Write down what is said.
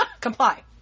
Comply